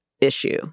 issue